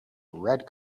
red